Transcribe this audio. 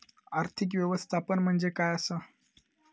आर्थिक व्यवस्थापन म्हणजे काय असा?